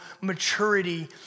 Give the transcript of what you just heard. maturity